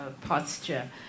posture